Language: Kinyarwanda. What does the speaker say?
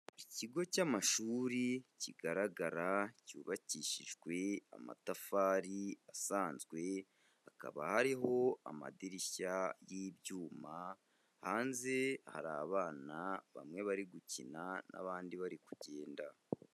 Ikigo cy'amashuri kigaragara cyubakishijwe amatafari asanzwe, hakaba hariho amadirishya y'ibyuma, hanze hari abana bamwe bari gukina n'abandi bari kugenda.